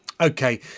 Okay